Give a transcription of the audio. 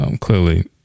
Clearly